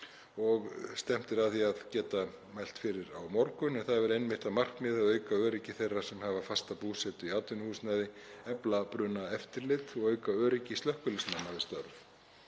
og stefnt er að því að geta mælt fyrir á morgun, en það hefur einmitt að markmiði auka öryggi þeirra sem hafa fasta búsetu í atvinnuhúsnæði, efla brunaeftirlit og auka öryggi slökkviliðsmanna